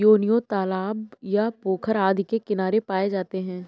योनियों तालाब या पोखर आदि के किनारे पाए जाते हैं